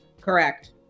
Correct